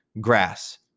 grass